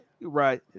right